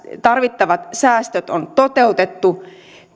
tarvittavat säästöt on toteutettu